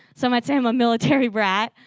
so might say i'm a military brat.